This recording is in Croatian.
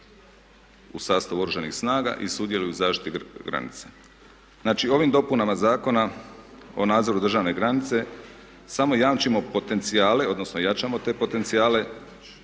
u sastavu Oružanih snaga i sudjeluje u zaštiti granice. Znači, ovim dopunama Zakona o nadzoru državne granice samo jamčimo potencijale,